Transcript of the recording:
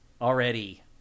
already